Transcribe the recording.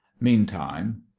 meantime